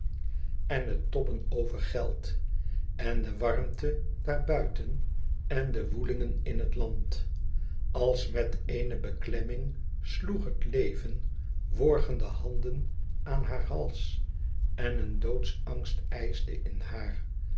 en het tobben over geld en de warmte daar buiten en de woeling in het land als met eene beklemming sloeg het leven worgende handen aan haar hals en een doodsangst ijsde in haar